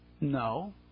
No